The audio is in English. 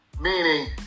Meaning